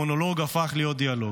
המונולוג הפך להיות דיאלוג.